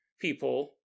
people